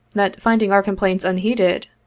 that finding our complaints unheeded,